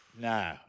No